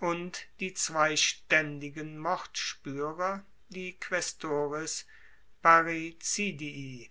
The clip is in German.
und die zwei staendigen mordspuerer die quaestores parricidii